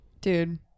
dude